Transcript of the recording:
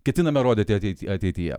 ketiname rodyti ateit ateityje